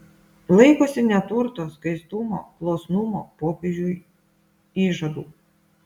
laikosi neturto skaistumo klusnumo popiežiui įžadų